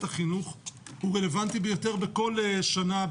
החינוך הוא רלוונטי ביותר בכל שנה,